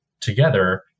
together